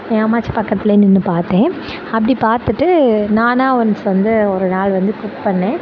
என் அம்மாச்சி பக்கத்திலே நின்று பார்த்தேன் அப்படி பார்த்துட்டு நானாக ஒன்ஸ் வந்து ஒரு நாள் வந்து குக் பண்ணிணேன்